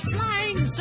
Flying